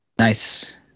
Nice